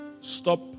stop